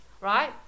right